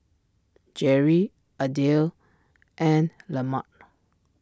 Jerri Adele and lemak